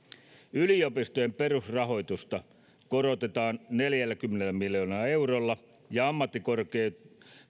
yliopistojen perusrahoitusta korotetaan neljälläkymmenellä miljoonalla eurolla ja ammattikorkeakoulujen